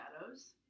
shadows